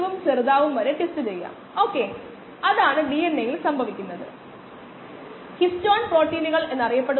അതിനാൽ സെല്ലുകളുടെ എണ്ണം ഒരു സൂചകമായിരിക്കില്ല ഇത് ഒരു സെൽ മാത്രമാണ് പക്ഷേ ഹൈഫയുടെ വിപുലീകരണത്തിലൂടെ മാസ് വർദ്ധിക്കുന്നു